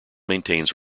maintains